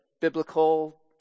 biblical